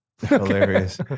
Hilarious